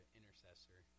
intercessor